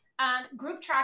GroupTrack